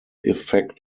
effect